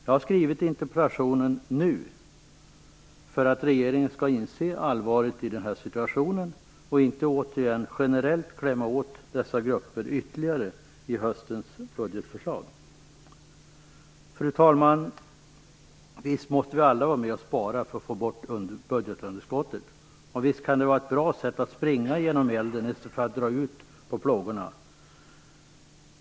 Jag har ställt interpellationen nu för att regeringen skall inse allvaret i situationen och inte återigen i höstens budgetförslag generellt klämma åt dessa grupper ytterligare. Fru talman! Visst måste vi alla vara med och spara för att få bort budgetunderskottet, och visst kan det vara bra att springa genom elden i stället för att dra ut på plågorna.